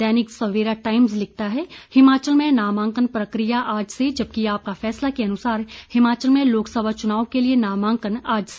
दैनिक Savera Times लिखता है हिमाचल में नामांकन प्रक्रिया आज से जबकि आपका फैसला के अनुसार हिमाचल में लोकसभा चनुाव के लिये नामांकन आज से